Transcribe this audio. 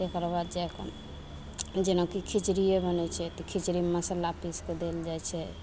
एकरबाद जा कऽ जेनाकि खिचड़िये बनय छै तऽ खिचड़ीमे मसल्ला पीस कऽ देल जाइ छै